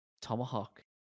Tomahawk